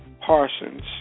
Parsons